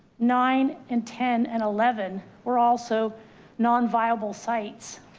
nine and ten and eleven were also non-viable sites,